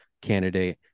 candidate